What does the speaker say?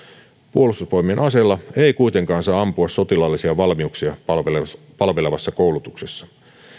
puolustusvoimien aseilla ei kuitenkaan saa ampua sotilaallisia valmiuksia palvelevassa koulutuksessa